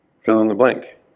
fill-in-the-blank